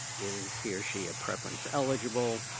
is he or she a preference eligible,